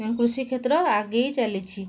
କୃଷିକ୍ଷେତ୍ର ଆଗେଇ ଚାଲିଛି